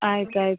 ಆಯ್ತು ಆಯಿತು